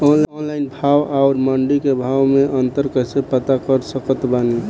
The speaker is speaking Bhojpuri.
ऑनलाइन भाव आउर मंडी के भाव मे अंतर कैसे पता कर सकत बानी?